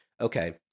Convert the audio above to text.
Okay